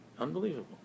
unbelievable